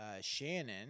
shannon